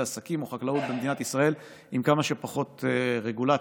עסקים או חקלאות במדינת ישראל עם כמה שפחות רגולציה.